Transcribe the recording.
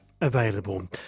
available